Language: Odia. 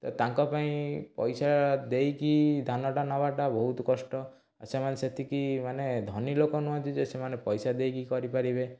ତାଙ୍କ ପାଇଁ ପଇସା ଦେଇକି ଧାନଟା ନେବାଟା ବହୁତ କଷ୍ଟ ସେମାନେ ସେତିକି ମାନେ ଧନୀ ଲୋକ ନୁହଁନ୍ତି ଯେ ସେମାନେ ପଇସା ଦେଇକି କରିପାରିବେ